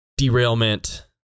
Derailment